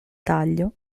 taglio